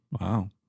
Wow